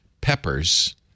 peppers